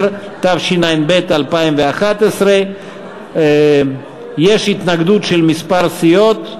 10), התשע"ב 2011. יש התנגדות של כמה סיעות.